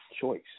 choice